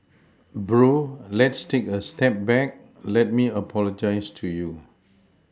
bro let's take a step back let me apologise to you